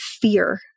fear